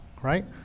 right